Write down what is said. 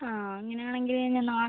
ആ അങ്ങനെയാണെങ്കിൽ ഞാൻ നാളെ